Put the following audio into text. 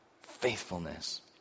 faithfulness